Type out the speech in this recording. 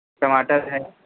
टमाटर है